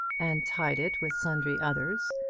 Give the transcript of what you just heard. and tied it with sundry others,